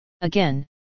Again